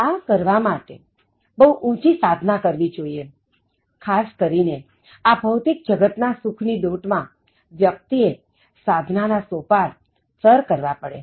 આ કરવા માટે બહુ ઊંચી સાધના કરવી જોઈએખાસ કરીને આ ભૌતિક જગત ના સુખ ની દોટ માં વ્યક્તિએ સાધના ના સોપાન સર કરવા પડે